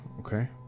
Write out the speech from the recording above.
Okay